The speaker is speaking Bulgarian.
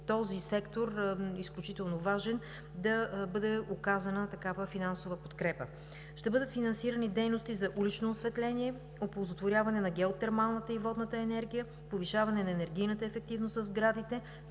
този сектор, който е изключително важен, да бъде оказана такава финансова подкрепа. Ще бъдат финансирани дейности за улично осветление, оползотворяване на геотермалната и водната енергия, повишаване на енергийната ефективност на сградите,